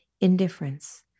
indifference